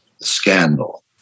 scandal